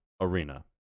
arena